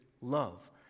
love